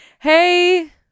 Hey